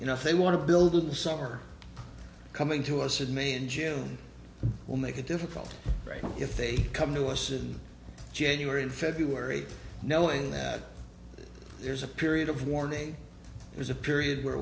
you know if they want to build the summer coming to us in may and june will make it difficult right now if they come to us in january and february knowing that there's a period of warning there's a period where